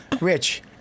Rich